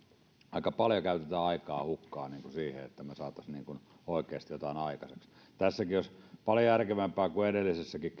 aika paljon käytetään aikaa hukkaan siihen että me saisimme oikeasti jotain aikaiseksi tässäkin olisi paljon järkevämpää niin kuin edellisessäkin